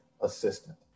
assistant